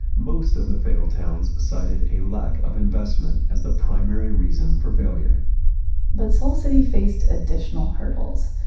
most of the failed towns cited a lack of investment as the primary reason for failure but soul city faced additional hurdles.